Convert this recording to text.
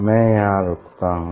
मैं यहाँ रुकता हूँ